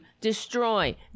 destroy